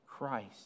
Christ